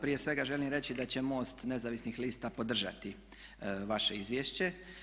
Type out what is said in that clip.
Prije svega želim reći da će MOST nezavisnih lista podržati vaše izvješće.